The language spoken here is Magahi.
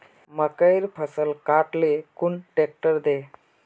मकईर फसल काट ले कुन ट्रेक्टर दे?